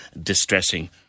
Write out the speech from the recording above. distressing